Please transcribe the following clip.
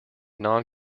non